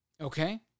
Okay